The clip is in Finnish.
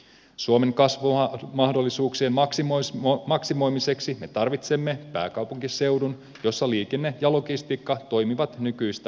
suomen kasvumahdollisuuksien maksimoimiseksi me tarvitsemme pääkaupunkiseudun jossa liikenne ja logistiikka toimivat nykyistä paremmin